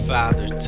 father